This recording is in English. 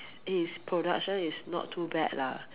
his production is not too bad lah